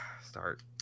start